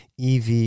EV